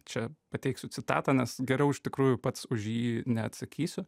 čia pateiksiu citatą nes geriau iš tikrųjų pats už jį neatsakysiu